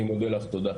אני מודה לך, תודה.